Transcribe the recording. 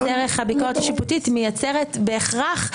דרך הביקורת השיפוטית מייצרת בהכרח,